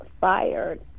fired